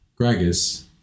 Gragas